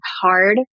hard